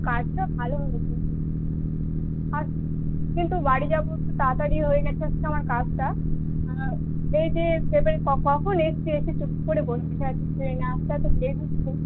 কাজটা ভালো হয়েছে আর কিন্তু বাড়ি যাবো একটু তাড়াতাড়ি হয়ে গেছে আজকে আমার কাজটা এই যে সেটায় কখন এসেছি এসে চুপ করে বসে আছি ট্রেন আসতে এতো লেট হচ্ছে